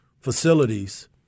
facilities